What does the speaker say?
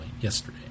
yesterday